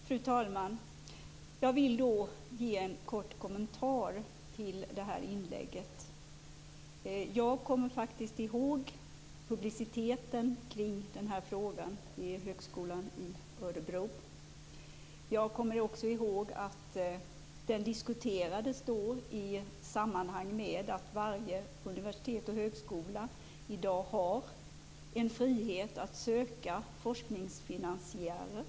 Fru talman! Jag vill gärna ge en kort kommentar till det här inlägget. Jag kommer faktiskt ihåg publiciteten kring den här frågan vid högskolan i Örebro. Jag kommer också ihåg att den diskuterades i samband med att varje universitet och högskola fick frihet att söka forskningsfinansiärer.